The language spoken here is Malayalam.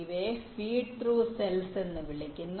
ഇവയെ ഫീഡ് ത്രൂ സെൽസ് എന്ന് വിളിക്കുന്നു